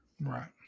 Right